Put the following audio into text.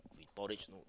with porridge no egg